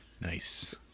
Nice